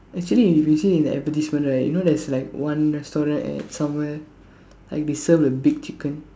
actually if you say it's an advertisement right you know there's like one restaurant at somewhere like they serve the big chicken